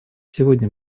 сегодня